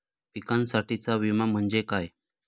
पिकांसाठीचा विमा म्हणजे काय?